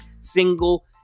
single